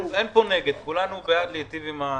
אתה פה, אבל מבחינתי היית מביא את הבנקים,